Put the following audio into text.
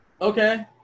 Okay